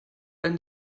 allem